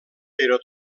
però